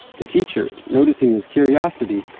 the teacher, noticing his curiosity,